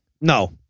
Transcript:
No